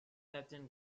captain